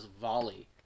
volley